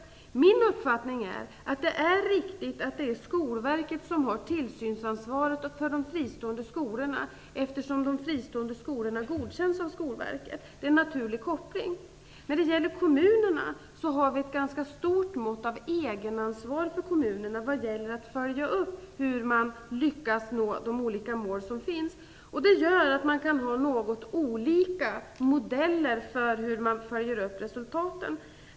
Min uppfattning är att det är riktigt att Skolverket har tillsynsansvaret för de fristående skolorna, eftersom de fristående skolorna godkänns av Skolverket. Det är en naturlig koppling. Vi har ett ganska stort mått av egenansvar för kommunerna vad gäller uppföljningen av hur man lyckas nå de olika mål som finns. Detta gör att det går att ha något olika modeller för hur resultaten följs upp.